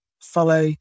follow